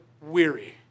weary